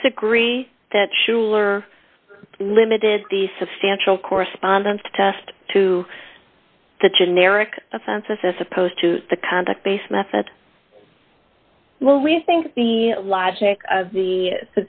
disagree that sure limited the substantial correspondence test to the generic offenses as opposed to the conduct based method well we think the